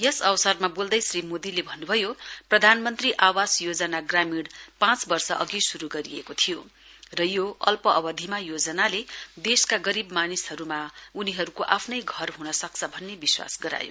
यस अवसरमा बोल्दै श्री मोदीले भन्न्भयो प्राधनमन्त्री आवास योजना ग्रामीण पाँच वर्षअधि श्रू गरिएको थियो र यो अल्प अवधिमा योजनाले देशका गरीब मानिसहरूमा उनीहरूको आफ्नै घर ह्न सक्छ भन्ने विश्वास गरायो